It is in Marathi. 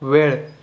वेळ